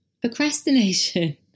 Procrastination